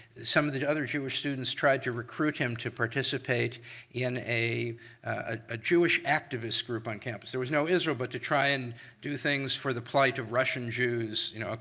some of the other jewish students tried to recruit him to participate in a ah jewish activist group on campus. there was no israel but to try and do things for the plight of russian jews, you know,